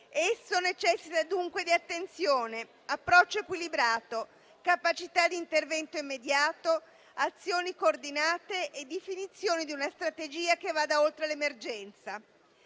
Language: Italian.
Esso necessita dunque di attenzione, approccio equilibrato, capacità di intervento immediato, azioni coordinate e definizione di una strategia che vada oltre l'emergenza.